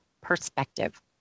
perspective